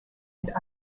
and